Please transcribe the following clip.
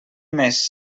més